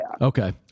Okay